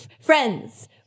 friends